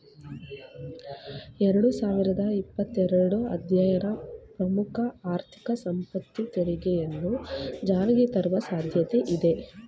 ಎರಡು ಸಾವಿರದ ಇಪ್ಪತ್ತ ಎರಡು ಅಧ್ಯಯನ ಪ್ರಮುಖ ಆರ್ಥಿಕ ಸಂಪತ್ತು ತೆರಿಗೆಯನ್ನ ಜಾರಿಗೆತರುವ ಸಾಧ್ಯತೆ ಇದೆ